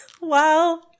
Wow